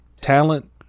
Talent